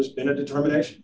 there's been a determination